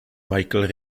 michael